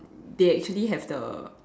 they actually have the